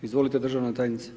Izvolite državna tajnice.